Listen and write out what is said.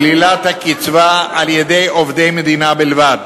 שלילת הקצבה על-ידי עובדי מדינה בלבד.